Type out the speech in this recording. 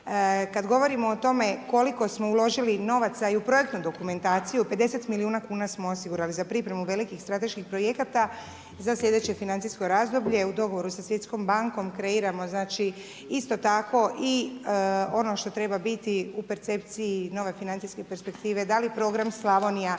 Kada govorimo o tome, koliko smo uložili novaca i u projektnu dokumentaciju, 50 milijuna kuna smo osigurali za pripremu velikih strateških projekata za slijedeće financijsko razdoblje. U dogovoru sa Svjetskom bankom kreiramo, znači, isto tako i ono što treba biti u percepciji nove financijske perspektive, dali program Slavonija ili